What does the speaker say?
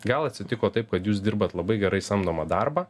gal atsitiko taip kad jūs dirbat labai gerai samdomą darbą